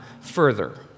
further